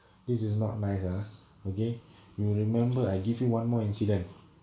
this is not nice ah okay you remember I give you one more incident